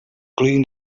clean